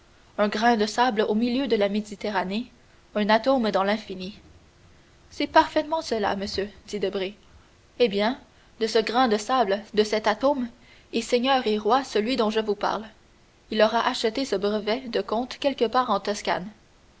un grain de sable au milieu de la méditerranée un atome dans l'infini c'est parfaitement cela monsieur dit albert eh bien de ce grain de sable de cet atome est seigneur et roi celui dont je vous parle il aura acheté ce brevet de comte quelque part en toscane